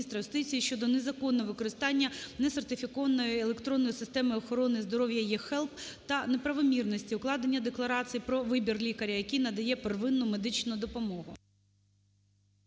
щодо незаконного використання не сертифікованої електронної системи охорони здоров'я eHealth та неправомірності укладення декларацій про вибір лікаря, який надає первинну медичну допомогу.